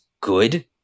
good